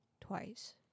twice